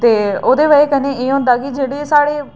ते ओह्दी बजह कन्नै एह् होंदा के जेह्ड़े साढ़े